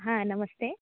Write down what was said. हा नमस्ते